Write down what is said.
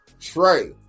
Trey